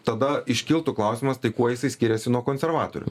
tada iškiltų klausimas tai kuo jisai skiriasi nuo konservatorių